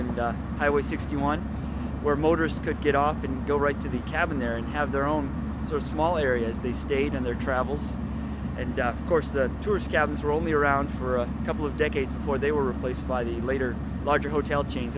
and i was sixty one where motorists could get off and go right to the cabin there and have their own so small areas they stayed in their travels and course their tourist cabins were only around for a couple of decades before they were replaced by the later larger hotel chain